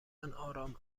آرام